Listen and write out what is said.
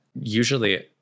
Usually